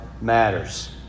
matters